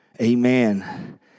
Amen